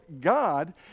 God